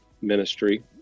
ministry